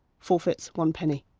forfeits one penny.